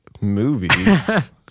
movies